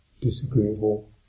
disagreeable